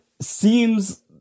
seems